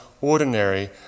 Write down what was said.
ordinary